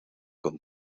con